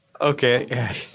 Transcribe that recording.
Okay